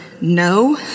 no